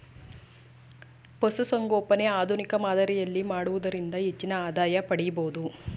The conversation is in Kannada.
ಪಶುಸಂಗೋಪನೆ ಆಧುನಿಕ ಮಾದರಿಯಲ್ಲಿ ಮಾಡುವುದರಿಂದ ಹೆಚ್ಚಿನ ಆದಾಯ ಪಡಿಬೋದು